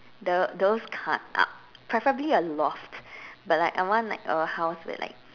the those kind uh preferably a loft but like I want like a house that like